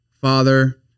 Father